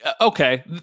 okay